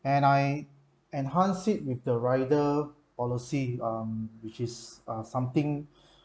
and I enhanced it with the rider policy um which is uh something